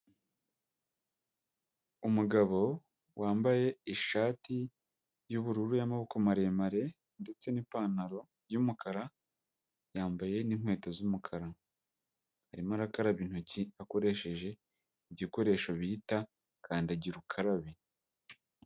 Umugabo wambaye ishati y'ubururu y'amaboko maremare ndetse n'ipantaro y'umukara, yambaye n'inkweto z'umukara. Arimo arakaraba intoki akoresheje igikoresho bita kandagira ukarabe.